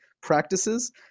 practices